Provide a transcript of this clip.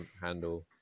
handle